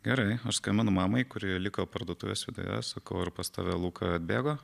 gerai aš skambinu mamai kuri liko parduotuvės viduje sakau pas tave luka atbėgo